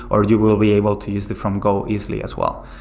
or you will be able to use the from go easily as well.